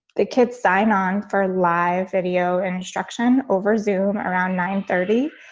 the kids sign on for live video and instruction over zoom. around nine thirty,